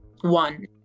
one